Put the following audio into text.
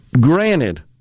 Granted